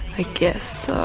i guess